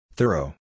Thorough